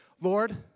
Lord